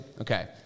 Okay